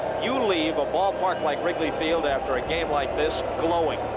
you leave a ballpark like wrigley field after a game like this glowing.